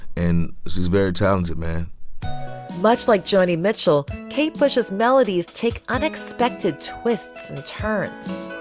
and she's very talented man much like joni mitchell, kate pushes melodies, take unexpected twists and turns